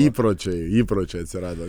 pročiai įpročiai atsirado